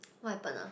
what happen ah